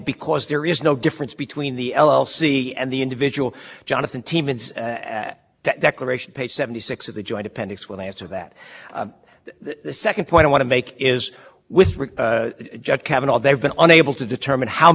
responsive to congress's and the executive branch is unwilling just to have more employees so they go out and hire contractors who are doing the same things as my to do of my clients are here they're doing the same things they did before sitting next to supervising employees